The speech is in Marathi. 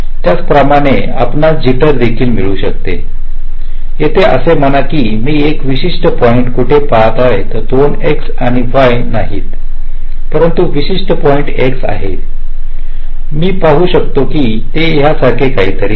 त्याचप्रमाणे आपणास जिटर देखील मिळू शकेल येथे अस म्हणू की मी एका विशिष्ट्य पॉईंट कठे पाहत आहे दोन्ही x आणि y नाहीत परंतु विशिष्ट्य पॉईंट x आहेतच मी पाहू शकतो ते यासारखे काहीतरी आहे